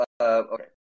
Okay